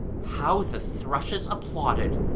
how the thrushes applauded!